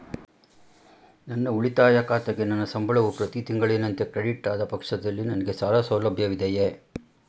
ನನ್ನ ಉಳಿತಾಯ ಖಾತೆಗೆ ನನ್ನ ಸಂಬಳವು ಪ್ರತಿ ತಿಂಗಳಿನಂತೆ ಕ್ರೆಡಿಟ್ ಆದ ಪಕ್ಷದಲ್ಲಿ ನನಗೆ ಸಾಲ ಸೌಲಭ್ಯವಿದೆಯೇ?